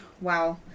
Wow